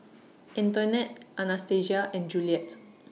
Antoinette Anastacia and Juliette